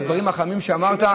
על הדברים החמים שאמרת,